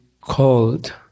called